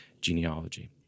genealogy